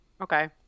Okay